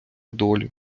долі